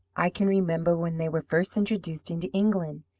i can remember when they were first introduced into england,